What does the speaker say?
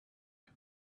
but